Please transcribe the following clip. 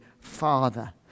Father